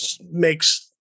makes